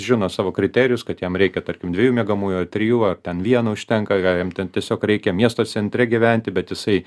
žino savo kriterijus kad jam reikia tarkim dviejų miegamųjų trijų ar ten vieno užtenka gal jam ten tiesiog reikia miesto centre gyventi bet jisai